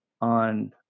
on